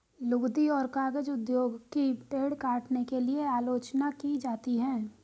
लुगदी और कागज उद्योग की पेड़ काटने के लिए आलोचना की जाती है